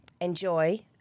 enjoy